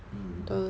mm